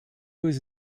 was